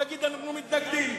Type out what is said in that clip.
להגיד: אנחנו מתנגדים.